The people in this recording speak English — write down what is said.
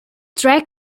drag